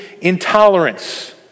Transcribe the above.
intolerance